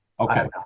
Okay